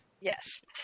Yes